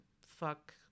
Fuck